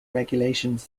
regulations